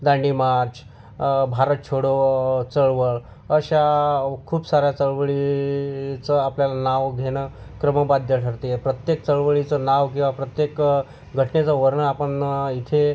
दांडी march Bharat छोडो चळवळ अशा खूप साऱ्या चळवळीचं आपल्याला नाव घेणं क्रमबाद्य ठरते प्रत्येक चळवळीचं नाव किंवा प्रत्येक घटनेचं वर्ण आपण इथे